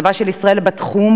מצבה של ישראל בתחום,